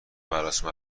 مراسم